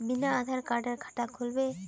बिना आधार कार्डेर खाता खुल बे?